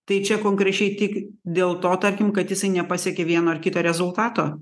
tai čia konkrečiai tik dėl to tarkim kad jisai nepasiekia vieno ar kito rezultato